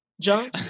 John